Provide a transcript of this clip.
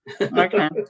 Okay